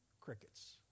Crickets